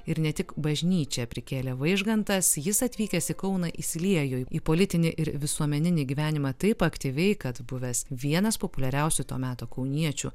ir ne tik bažnyčią prikėlė vaižgantas jis atvykęs į kauną įsiliejo į politinį ir visuomeninį gyvenimą taip aktyviai kad buvęs vienas populiariausių to meto kauniečių